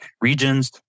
regions